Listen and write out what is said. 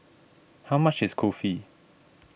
how much is Kulfi